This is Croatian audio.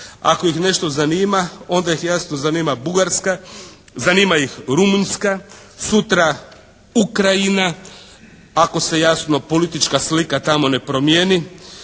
Ako ih nešto zanima onda ih jasno zanima Bugarska, zanima ih Rumunjska, sutra Ukrajina ako se jasno politička slika tamo ne promijeni.